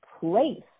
place